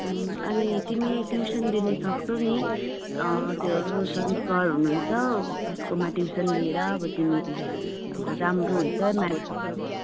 अनि तिमी ट्युसन लिनुसक्छौ नि त्यो रोसन सर हुनुहुन्छ उसकोमा ट्युसन लिएर अब तिमी अब राम्रो हुन्छ म्याथको पनि